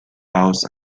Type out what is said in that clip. house